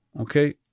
okay